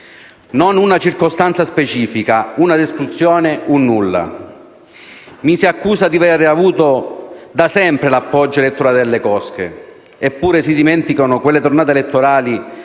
non una circostanza specifica, una descrizione, un nulla. Mi si accusa di aver avuto da sempre l'appoggio elettorale delle cosche. Eppure, si dimenticano quelle tornate elettorale